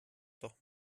doch